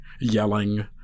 yelling